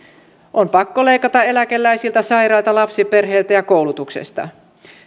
on pakko leikata eläkeläisiltä sairailta lapsiperheiltä ja koulutuksesta